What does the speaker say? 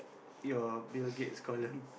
your Bill-Gates' column